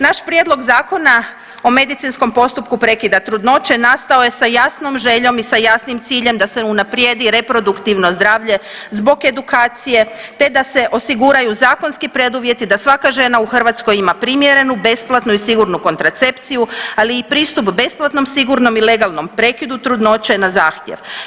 Naš prijedlog Zakona o medicinskom postupku prekida trudnoće nastao je sa jasnom željom i sa jasnim ciljem da se unaprijedi reproduktivno zdravlje zbog edukacije, te da se osiguraju zakonski preduvjeti da svaka žena u Hrvatskoj ima primjerenu, besplatnu i sigurnu kontracepciju, ali i pristup besplatnom, sigurnom i legalnom prekidu trudnoće na zahtjev.